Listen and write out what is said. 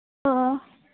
ꯑꯣ